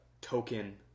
token